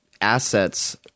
assets